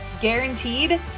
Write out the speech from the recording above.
guaranteed